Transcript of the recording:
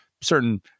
certain